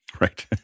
Right